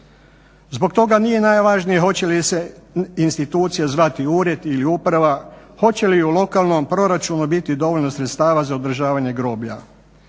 Zbog toga nije najvažnije hoće li se institucija zvati ured ili uprava, hoće li u lokalnom proračunu biti dovoljno sredstava za održavanje groblja.